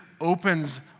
opens